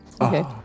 Okay